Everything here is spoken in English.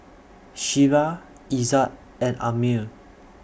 Syirah Izzat and Ammir